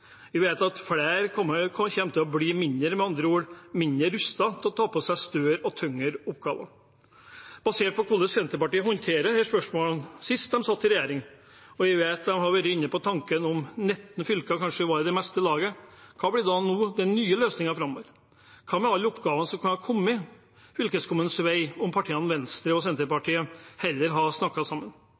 Vi vet at flere kommuner kommer til å bli mindre, med andre ord mindre rustet til å ta på seg større og tyngre oppgaver. Basert på hvordan Senterpartiet håndterte disse spørsmålene sist de satt i regjering – vi vet at de har vært inne på tanken om at 19 fylker kanskje var i det meste laget: Hva blir da den nye løsningen framover? Hva med alle oppgavene som kunne kommet i fylkeskommunens vei om partiene Venstre og Senterpartiet heller hadde snakket sammen?